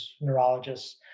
neurologists